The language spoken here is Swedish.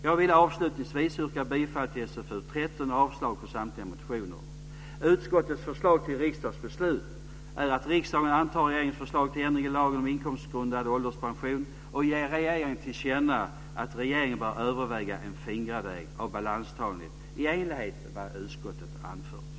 Jag vill avslutningsvis yrka bifall till förslaget i SfU13 och avslag på samtliga motioner. Utskottets förslag till riksdagsbeslut är att riksdagen antar regeringens förslag till ändring i lagen om inkomstgrundad ålderspension och ger regeringen till känna att regeringen bör överväga en fingradering av balanstalet i enlighet med vad utskottet anfört.